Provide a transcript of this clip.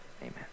Amen